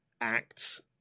acts